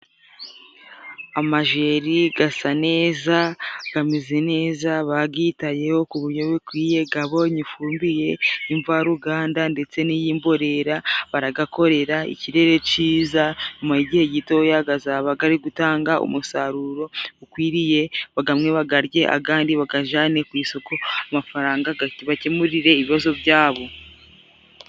Amajeri asa neza, ameze neza, bayitayeho ku buryo bukwiye, yabonye ifumbire y'imvaruganda, ndetse n'iyi'imborera, barayakorera, ikirere cyiza mu igihe gito azaba ari gutanga umusaruro ukwiriye, amwe bayarye, andi bayajyane ku isoko, amafaranga bakemurire ibibazo byabo.